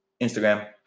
Instagram